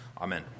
Amen